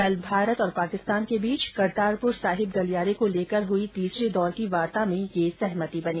कल भारत और पाकिस्तान के बीच करतारपुर साहिब गलियारे को लेकर हई तीसरे दौर की वार्ता में यह सहमति बनी